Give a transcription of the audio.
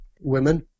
women